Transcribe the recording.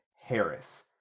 Harris